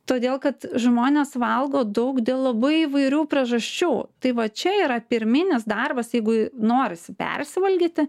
todėl kad žmonės valgo daug dėl labai įvairių priežasčių tai va čia yra pirminis darbas jeigu norisi persivalgyti